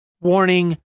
warning